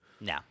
No